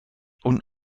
und